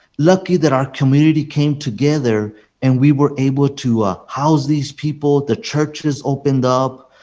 lucky that our community came together and we were able to house these people. the churches opened up.